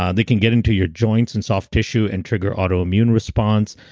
ah they can get into your joints and soft tissue and trigger auto immune response,